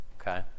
okay